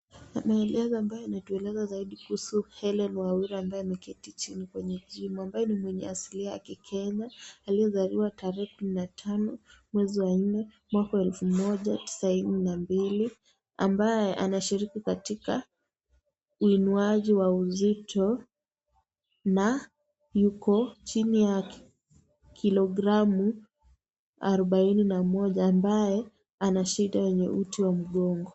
Maelezo ambayo yanatueleza zaidi kuhusu Hellen Wawira ambaye ameketi chini kwenye gym amabye ni mwenye asilia ya ya kikenya aleyezaliwa tarehe kumi na tano mwezi wa nne mwaka wa elfu moja tisaini na mbili ambaye anashiriki katika uinuaji wa uzito ya yuko chini ya kilogramu arubaini na moja ambaye anashida za uti wa mgongo.